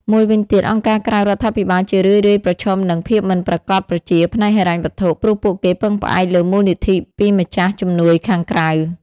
មួយវិញទៀតអង្គការក្រៅរដ្ឋាភិបាលជារឿយៗប្រឈមនឹង ភាពមិនប្រាកដប្រជាផ្នែកហិរញ្ញវត្ថុ ព្រោះពួកគេពឹងផ្អែកលើមូលនិធិពីម្ចាស់ជំនួយខាងក្រៅ។